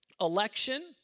election